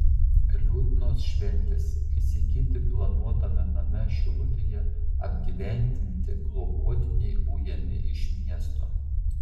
liūdnos šventės įsigyti planuotame name šilutėje apgyvendinti globotiniai ujami iš miesto